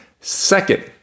Second